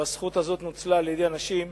או הזכות הזאת נוצלה, על-ידי אנשים